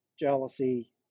jealousy